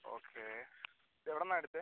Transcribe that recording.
okay എവിടന്നാ എടുത്തത്